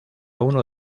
uno